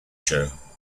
show